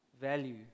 value